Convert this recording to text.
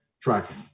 tracking